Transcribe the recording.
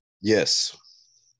Yes